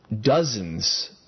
dozens